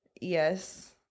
yes